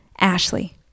Ashley